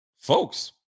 Folks